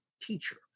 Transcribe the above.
teacher